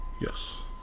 Yes